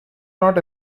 not